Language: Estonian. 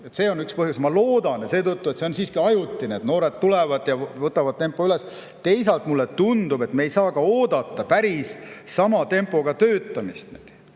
See on üks põhjus. Ma loodan, et see on siiski ajutine ja noored tulevad ja võtavad tempo üles. Teisalt mulle tundub, et me ei saa oodata päris sama tempoga töötamist.